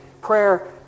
prayer